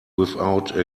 without